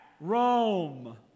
rome